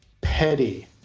petty